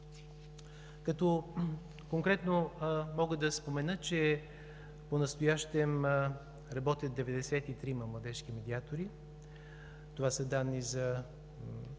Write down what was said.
Конкретно мога да спомена, че понастоящем работят 93 младежки медиатори – това са данни за